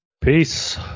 Peace